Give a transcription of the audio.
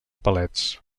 palets